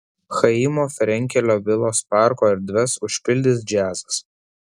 chaimo frenkelio vilos parko erdves užpildys džiazas